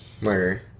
murder